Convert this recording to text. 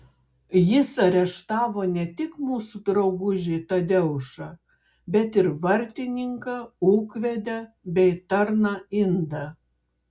jis areštavo ne tik mūsų draugužį tadeušą bet ir vartininką ūkvedę bei tarną indą